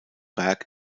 berg